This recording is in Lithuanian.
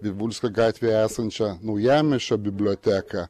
vivulskio gatvėje esančią naujamiesčio biblioteką